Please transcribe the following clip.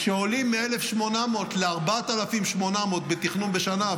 כשעולים מ-1,800 ל-4,800 בתכנון לשנה,